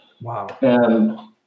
Wow